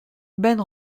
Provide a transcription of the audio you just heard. ben